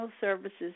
Services